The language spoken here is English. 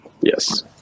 Yes